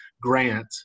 grant